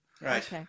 Right